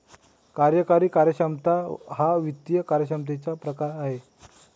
कार्यकारी कार्यक्षमता हा वित्त कार्यक्षमतेचा प्रकार आहे